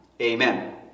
Amen